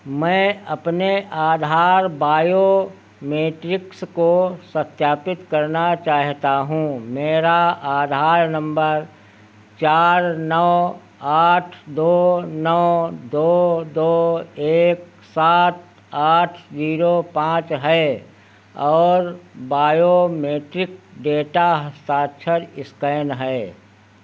मैं अपने आधार बायोमेट्रिक्स को सत्यापित करना चाहता हूँ मेरा आधार नंबर चार नौ आठ दो नौ दो दो एक सात आठ जीरो पाँच है और बायोमेट्रिक डेटा हस्ताक्षर इस्कैन है